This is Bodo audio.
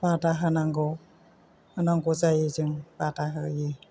बादा होनांगौ होनांगौ जायो जों बादा होयो